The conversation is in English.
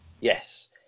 Yes